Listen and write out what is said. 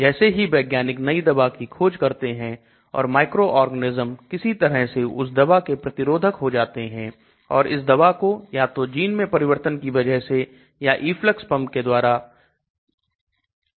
जैसे ही वैज्ञानिक नई दवा की खोज करते हैं और माइक्रोऑर्गेनाइज्म किसी तरह से उस दवा के प्रतिरोधक हो जाते हैं और इस दवा को या तो जीन में परिवर्तन की वजह से या efflux pump के द्वारा की मदद से विघटित कर देते हैं